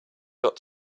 got